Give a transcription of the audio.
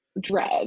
dread